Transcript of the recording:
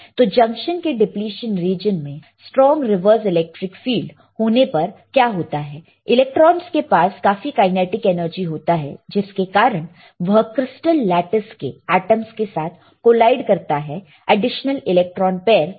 तो जंक्शन के depletion region में स्ट्रांग रिवर्स इलेक्ट्रिक फील्ड होने पर क्या होता है इलेक्ट्रॉन के पास काफी काइनेटिक एनर्जी होता है जिसके कारण वह क्रिस्टल लेटीस के एटमस के साथ कोलाइड करता है एडीशनल इलेक्ट्रॉन पैर बनाने के लिए